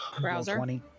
Browser